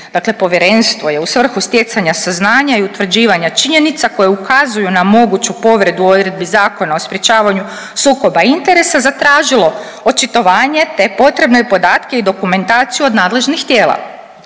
Dakle, povjerenstvo je u svrhu stjecanja saznanja i utvrđivanja činjenica koje ukazuju na moguću povredu odredbi Zakona o sprječavanju sukoba interesa zatražilo očitovanje te potrebne podatke i dokumentaciju od nadležnih tijela.